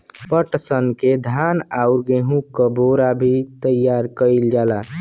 पटसन से धान आउर गेहू क बोरा भी तइयार कइल जाला